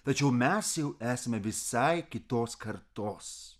tačiau mes jau esame visai kitos kartos